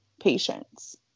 patients